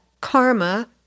karma